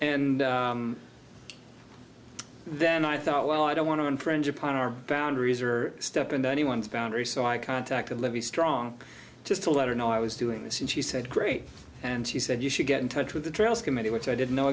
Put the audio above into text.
and then i thought well i don't want to infringe upon our boundaries or step into anyone's boundary so i contacted livestrong just to let her know i was doing this and she said great and she said you should get in touch with the trails committee which i didn't know